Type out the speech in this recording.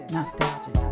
Nostalgia